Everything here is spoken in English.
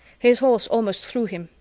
his horse almost threw him.